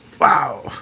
wow